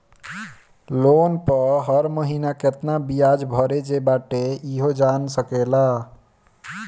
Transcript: loan पअ हर महिना केतना बियाज भरे जे बाटे इहो जान सकेला